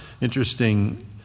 Interesting